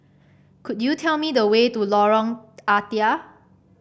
could you tell me the way to Lorong Ah Thia